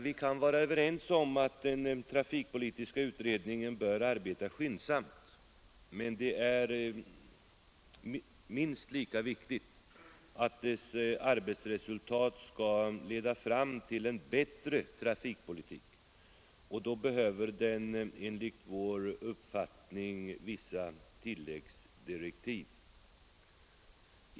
Vi kan vara överens om att den trafikpolitiska utredningen bör arbeta skyndsamt, men det är minst lika viktigt att dess arbetsresultat skall leda fram till en bättre trafikpolitik och då behöver utredningen enligt vår uppfattning vissa tilläggsdirektiv.